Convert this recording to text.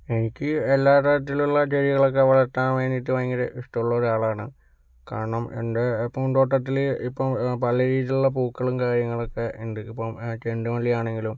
എനിക്ക് എല്ലാ തരത്തിലുള്ള ചെടികളൊക്കെ വളർത്താൻ വേണ്ടീട്ട് ഭയങ്കര ഇഷ്ടംഒള്ള ഒരാളാണ് കാരണം എൻ്റെ പൂന്തോട്ടത്തില് ഇപ്പോൾ പല രീതിയിലുള്ള പൂക്കളും കാര്യങ്ങളൊക്കെ ഉണ്ട് ഇപ്പോൾ ചെണ്ടുമല്ലിയാണെങ്കിലും